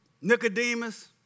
Nicodemus